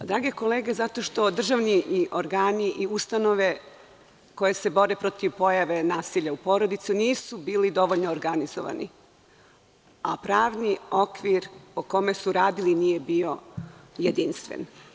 Drage kolege zato što državni organi i ustanove koje se bore protiv pojave nasilja u porodici nisu bili dovoljno organizovani, a pravni okvir po kome su radili nije bio jedinstven.